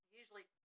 usually